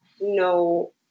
no